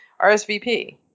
RSVP